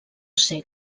ser